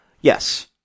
Yes